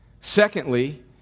Secondly